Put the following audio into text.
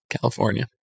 california